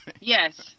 Yes